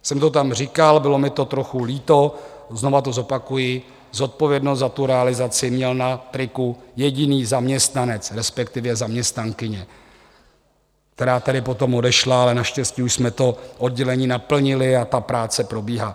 Já jsem to tam říkal, bylo mi to trochu líto, znovu to zopakuji, zodpovědnost za tu realizaci měl na triku jediný zaměstnanec, respektive zaměstnankyně, která tedy potom odešla, ale naštěstí už jsme to oddělení naplnili a ta práce probíhá.